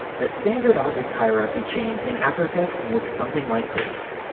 the standard object hierarchy chain in after effects looks something like this.